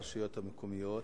בנושא: השביתה ברשויות המקומיות.